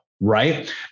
right